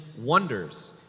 wonders